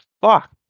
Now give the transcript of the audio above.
Fuck